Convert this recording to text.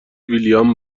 ویلیام